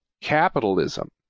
capitalism